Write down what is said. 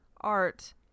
art